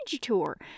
tour